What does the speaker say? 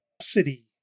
city